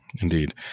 Indeed